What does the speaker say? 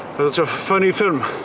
it was a funny film